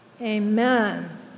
Amen